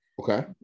Okay